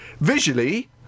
Visually